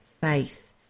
faith